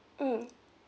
mmhmm